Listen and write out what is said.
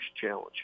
challenge